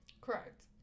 Correct